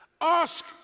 ask